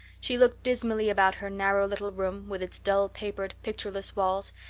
she looked dismally about her narrow little room, with its dull-papered, pictureless walls,